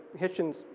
Hitchens